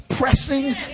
pressing